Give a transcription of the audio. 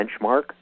benchmark